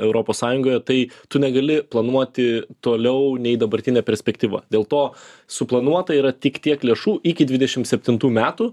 europos sąjungoje tai tu negali planuoti toliau nei dabartinė perspektyva dėl to suplanuota yra tik tiek lėšų iki dvidešimt septintų metų